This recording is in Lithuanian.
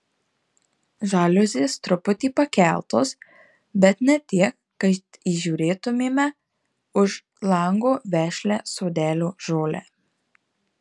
žaliuzės truputį pakeltos bet ne tiek kad įžiūrėtumėme už lango vešlią sodelio žolę